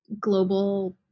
global